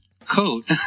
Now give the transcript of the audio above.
coat